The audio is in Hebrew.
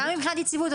גם מבחינת יציבות,